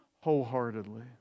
wholeheartedly